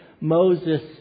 Moses